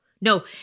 no